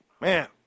man